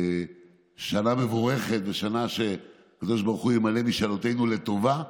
שנה מבורכת ושנה שהקדוש ברוך הוא ימלא את משאלותינו לטובה,